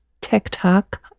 TikTok